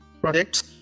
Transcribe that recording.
projects